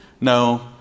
No